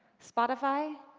spotify,